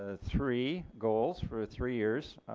ah three goals for three years.